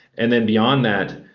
and then beyond that,